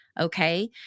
okay